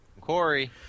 Corey